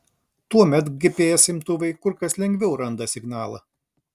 tuomet gps imtuvai kur kas lengviau randa signalą